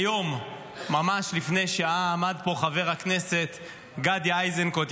היום ממש לפני שעה עמד פה חבר הכנסת גדי איזנקוט,